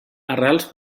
arrels